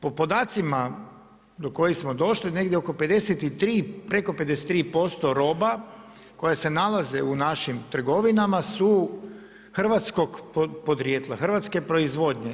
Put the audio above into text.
Po podacima do kojih smo došli negdje oko 53, preko 53% roba koje se nalaze u našim trgovinama su hrvatskog podrijetla, hrvatske proizvodnje.